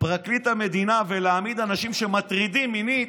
פרקליט המדינה ולהעמיד אנשים שמטרידים מינית,